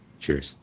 Cheers